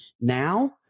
Now